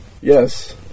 Yes